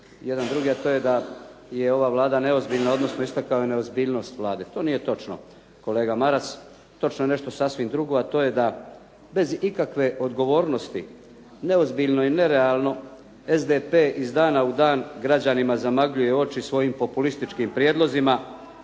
jedan drugi, a to je da je ova Vlada neozbiljna, odnosno istakao je neozbiljnost Vlade. To nije točno, kolega Maras. Točno je nešto sasvim drugo, a to je da bez ikakve odgovornosti, neozbiljno i nerealno, SDP iz dana u dan građanima zamagljuje oči svojim populističkim prijedlozima